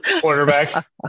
Quarterback